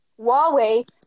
huawei